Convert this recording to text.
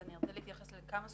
אני ארצה להתייחס לכמה סוגיות.